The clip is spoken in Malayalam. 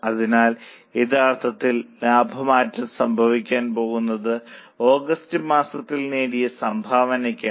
അതിനാൽ യഥാർത്ഥത്തിൽ ലാഭ മാറ്റം സംഭവിക്കാൻ പോകുന്നത് ഓഗസ്റ്റ് മാസത്തിൽ നേടിയ സംഭാവനക്കാണ്